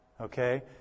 Okay